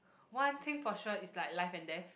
one thing for sure is like life and death